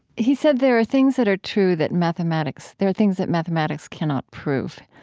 he said there are things that are true that mathematics there are things that mathematics cannot prove.